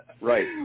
right